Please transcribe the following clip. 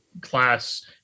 class